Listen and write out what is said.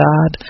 God